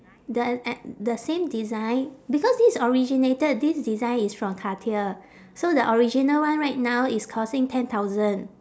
the e~ the same design because this is originated this design is from cartier so the original one right now is costing ten thousand